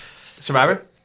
Survivor